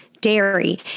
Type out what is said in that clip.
dairy